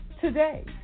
today